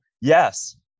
yes